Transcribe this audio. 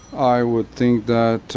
i would think that